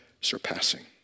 surpassing